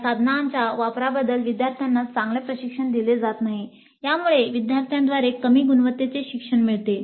या साधनांच्या वापराबद्दल विद्यार्थ्यांना चांगले प्रशिक्षण दिले जात नाही आणि यामुळे विद्यार्थ्यांद्वारे कमी गुणवत्तेचे शिक्षण मिळते